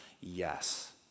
yes